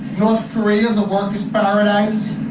north korea, the workers' paradise?